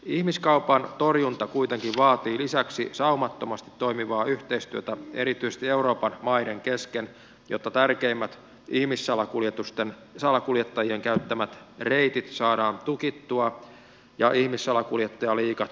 ihmiskaupan torjunta kuitenkin vaatii lisäksi saumattomasti toimivaa yhteistyötä erityisesti euroopan maiden kesken jotta tärkeimmät ihmissalakuljettajien käyttämät reitit saadaan tukittua ja ihmissalakuljettajaliigat eliminoitua